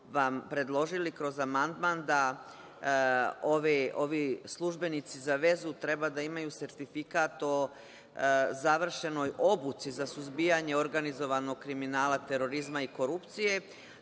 vam predložili kroz amandman da ovi službenici za vezu treba da imaju sertifikat o završenoj obuci za suzbijanje organizovanog kriminala, terorizma i korupcije,